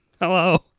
hello